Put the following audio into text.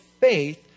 faith